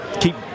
keep